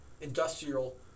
industrial